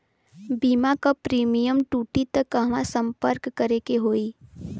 बीमा क प्रीमियम टूटी त कहवा सम्पर्क करें के होई?